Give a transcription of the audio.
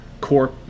core